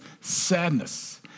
sadness